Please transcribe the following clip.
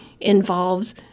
involves